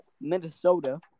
Minnesota